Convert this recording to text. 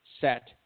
set